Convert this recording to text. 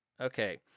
Okay